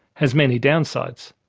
has many downsides.